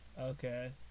Okay